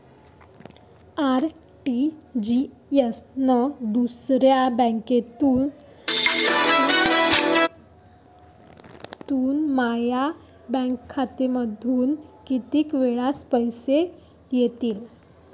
RTGS न दुसऱ्या बँकेमंधून माया बँक खात्यामंधी कितीक वेळातं पैसे येतीनं?